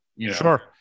Sure